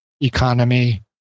economy